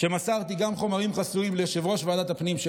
שמסרתי גם חומרים חסויים ליושב-ראש ועדת הפנים של